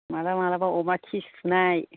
मालाबा मालाबा अमा खि सुनाय